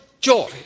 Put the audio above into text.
joy